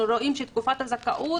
אנחנו רואים שתקופת הזכאות,